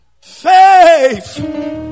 Faith